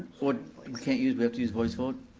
vote? and we can't use, we have to use voice vote?